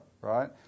right